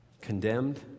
condemned